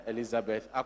Elizabeth